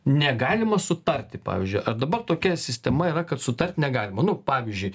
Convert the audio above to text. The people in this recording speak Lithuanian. negalima sutarti pavyzdžiui ar dabar tokia sistema yra kad sutart negalima nu pavyzdžiui